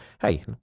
hey